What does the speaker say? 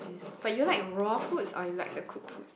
but you like raw foods or you like the cook foods